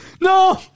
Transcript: No